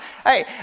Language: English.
Hey